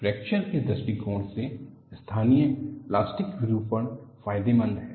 fracture के दृष्टिकोण से स्थानीय प्लास्टिक विरूपण फायदेमंद है